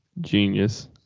Genius